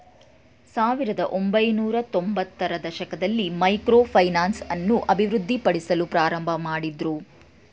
ಸಾವಿರದ ಒಂಬೈನೂರತ್ತೊಂಭತ್ತ ರ ದಶಕದಲ್ಲಿ ಮೈಕ್ರೋ ಫೈನಾನ್ಸ್ ಅನ್ನು ಅಭಿವೃದ್ಧಿಪಡಿಸಲು ಪ್ರಾರಂಭಮಾಡಿದ್ರು